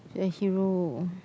the hero